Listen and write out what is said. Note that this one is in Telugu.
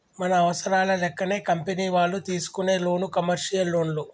మన అవసరాల లెక్కనే కంపెనీ వాళ్ళు తీసుకునే లోను కమర్షియల్ లోన్లు